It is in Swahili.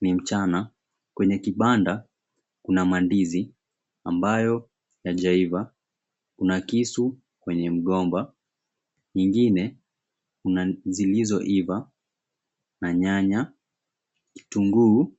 Ni mchana. Kwenye kibanda kuna mandizi ambayo hayajaiva, kuna kisu kwenye mgomba. Nyingine kuna zilizoiva, na nyanya, kitunguu